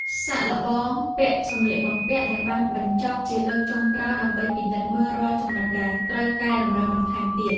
សាកល្បងពាក់សម្លៀកបំពាក់ដែលបានបញ្ចប់ជាលើកចុងក្រោយ ដើម្បីពិនិត្យមើលរាល់ចំណុចដែលត្រូវកែតម្រូវបន្ថែមទៀត។